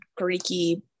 greeky